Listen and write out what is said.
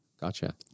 Gotcha